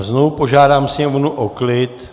A znovu požádám sněmovnu o klid.